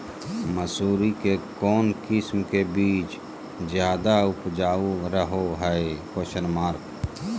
मसूरी के कौन किस्म के बीच ज्यादा उपजाऊ रहो हय?